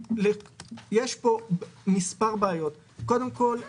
יש פה מספר בעיות: קודם כול,